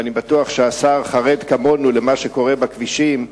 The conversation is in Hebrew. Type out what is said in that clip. ואני בטוח שהשר חרד כמונו למה שקורה בכבישים,